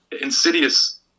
insidious